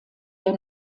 der